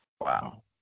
wow